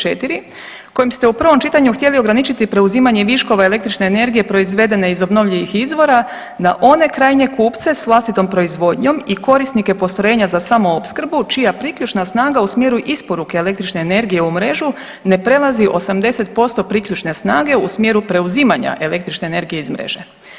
4. kojim ste u prvom čitanju htjeli ograničiti preuzimanje viškova električne energije proizvedene iz obnovljivih izvora na one krajnje kupce s vlastitom proizvodnjom i korisnike postrojenja za samoopskrbu čija priključna snaga u smjeru isporuke električne energije u mrežu ne prelazi 80% priključne snage u smjeru preuzimanja električne energije iz mreže.